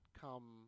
come